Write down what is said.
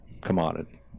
commodity